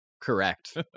correct